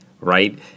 right